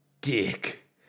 dick